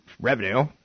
revenue